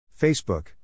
Facebook